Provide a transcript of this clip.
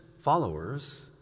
Followers